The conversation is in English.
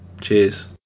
Cheers